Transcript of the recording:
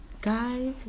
Guys